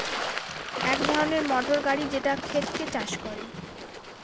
এক ধরনের মোটর গাড়ি যেটা ক্ষেতকে চাষ করে